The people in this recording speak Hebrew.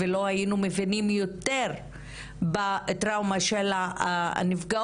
ולא היינו מבינים יותר את הטראומה של הנפגעות,